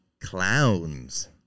clowns